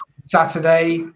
Saturday